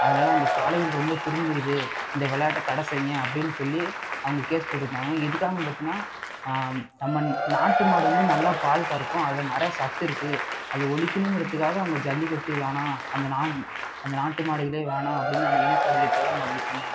அதனால் அந்த காளைகள் ரொம்ப துன்ம்புறுது இந்த விளையாட்ட தடை செய்யுங்க அப்படின்னு சொல்லி அவங்க கேஸ் போட்டுகிட்ருந்தாங்க எதுக்காகன்னு பார்த்திங்கன்னா நம்ம நாட்டு மாடு வந்து நல்லா பால் கறக்கும் அதில் நிறையா சத்து இருக்குது அது ஒழிக்கிணுங்கறத்துக்காக அவங்க ஜல்லிக்கட்டு வேணாம் அந்த நா அந்த நாட்டு மாடுகளே வேணாம் அப்படின்னு அந்த இனத்தை அழிக்கறத்துக்காக அவங்க அப்படி சொன்னாங்க